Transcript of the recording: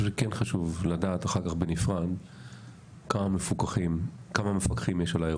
חשוב לדעת בנפרד כמה מפוקחים וכמה מפקחים יש על האירוע הזה.